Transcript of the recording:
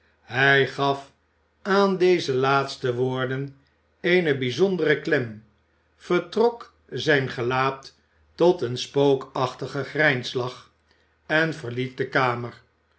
hij gaf aan deze laatste woorden eene bijzondere klem vertrok zijn geiaat tot een spookachtigen grijnslach en verliet de kamer